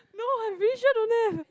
no I'm pretty sure don't have